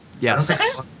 yes